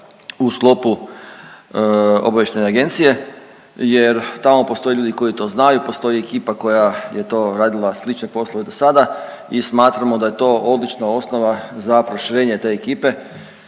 u sklopu obavještajne agencije, jer tamo postoje ljudi koji to znaju, postoji ekipa koja je to radila slične poslove do sada i smatramo da je to odlična osnova za proširenje te ekipe